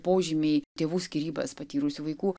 požymiai tėvų skyrybas patyrusių vaikų